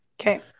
okay